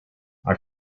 our